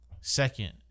second